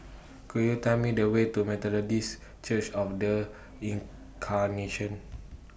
Could YOU Tell Me The Way to Methodist Church of The Incarnation